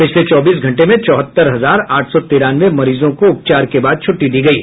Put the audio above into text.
पिछले चौबीस घंटे में चौहत्तर हजार आठ सौ तिरानवे मरीजों को उपचार के बाद छुट्टी दी गयी